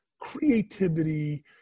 creativity